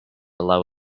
allow